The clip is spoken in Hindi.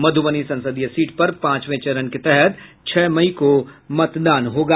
मध्रबनी संसदीय सीट पर पांचवे चरण के तहत छह मई को मतदान होगा